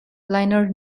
liner